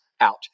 out